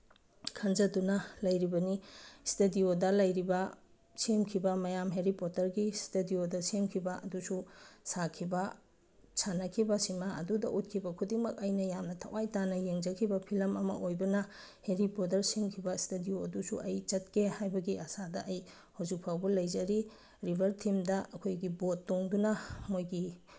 ꯈꯟꯖꯗꯨꯅ ꯂꯩꯔꯤꯕꯅꯤ ꯏꯁꯇꯗꯤꯑꯣꯗ ꯂꯩꯔꯤꯕ ꯁꯦꯝꯈꯤꯕ ꯃꯌꯥꯝ ꯍꯦꯔꯤ ꯄꯣꯇꯔꯒꯤ ꯏꯁꯇꯗꯤꯑꯣꯗ ꯁꯦꯝꯈꯤꯕ ꯑꯗꯨꯁꯨ ꯁꯥꯈꯤꯕ ꯁꯥꯟꯅꯈꯤꯕ ꯁꯤꯃꯥ ꯑꯗꯨꯗ ꯎꯠꯈꯤꯕ ꯈꯨꯗꯤꯡꯃꯛ ꯑꯩꯅ ꯌꯥꯝꯅ ꯊꯋꯥꯏ ꯇꯥꯅ ꯌꯦꯡꯖꯈꯤꯕ ꯐꯤꯂꯝ ꯑꯃ ꯑꯣꯏꯕꯅ ꯍꯦꯔꯤ ꯄꯣꯇꯔ ꯁꯦꯝꯈꯤꯕ ꯏꯁꯇꯗꯤꯑꯣ ꯑꯗꯨꯁꯨ ꯑꯩ ꯆꯠꯀꯦ ꯍꯥꯏꯕꯒꯤ ꯑꯁꯥꯗ ꯑꯩ ꯍꯧꯖꯤꯛ ꯐꯥꯎꯕ ꯂꯩꯖꯔꯤ ꯔꯤꯚꯔ ꯊꯤꯝꯗ ꯑꯩꯈꯣꯏꯒꯤ ꯕꯣꯠ ꯇꯣꯡꯗꯨꯅ ꯃꯣꯏꯒꯤ